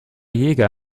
jäger